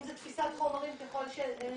אם זה תפיסת חומרים שעולים.